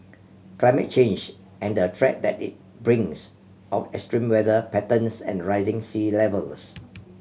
climate change and the threat that it brings of extreme weather patterns and rising sea levels